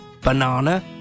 banana